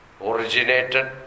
originated